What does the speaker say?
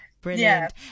Brilliant